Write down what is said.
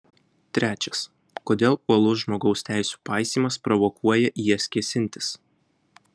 trečias kodėl uolus žmogaus teisių paisymas provokuoja į jas kėsintis